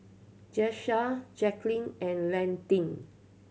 Jasiah Jaquelin and Landyn